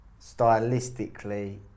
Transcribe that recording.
stylistically